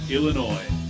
Illinois